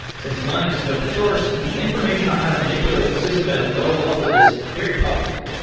since linux is open source, the information on how to manipulate the system at a low-level is very public.